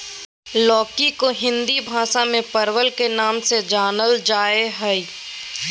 लौकी के हिंदी भाषा में परवल के नाम से जानल जाय हइ